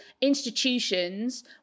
institutions